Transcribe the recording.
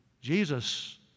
Jesus